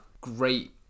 great